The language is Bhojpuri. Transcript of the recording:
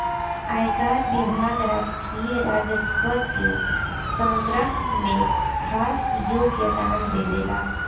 आयकर विभाग राष्ट्रीय राजस्व के संग्रह में खास योगदान देवेला